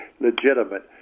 legitimate